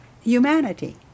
humanity